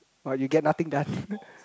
but you get nothing done